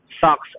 socks